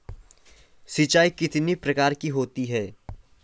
सिंचाई कितनी प्रकार की होती हैं?